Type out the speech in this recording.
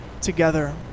together